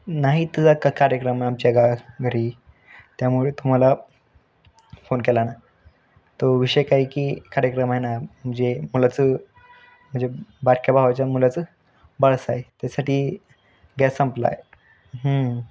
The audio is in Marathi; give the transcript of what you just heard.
नाही त कार्यक्रम आहे आमच्या गावात घरी त्यामुळे तुम्हाला फोन केला ना तो विषय काय की कार्यक्रम आहे ना जे मुलाचं म्हणजे बारक्या भावाच्या मुलाचं बाळसं आहे त्यासाठी गॅस संपला आहे